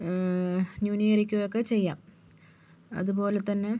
ന്യൂനീകരിക്കുകയോ ഒക്കെ ചെയ്യാം അതുപോലെതന്നെ